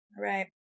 Right